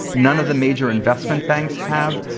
none of the major investment banks have.